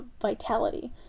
vitality